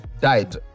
died